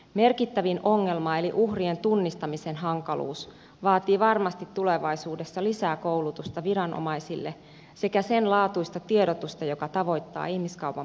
merkittävin ongelma eli uhrien tunnistamisen hankaluus vaatii varmasti tulevaisuudessa lisää koulutusta viranomaisille sekä senlaatuista tiedotusta joka tavoittaa ihmiskaupan potentiaaliset uhrit